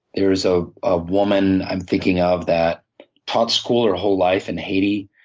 there is a ah woman i'm thinking of that taught school her whole life in haiti,